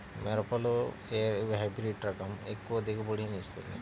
మిరపలో ఏ హైబ్రిడ్ రకం ఎక్కువ దిగుబడిని ఇస్తుంది?